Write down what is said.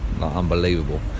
unbelievable